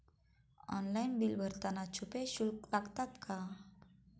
Online bill भरताना छुपे शुल्क लागतात का?